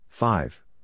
Five